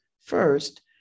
First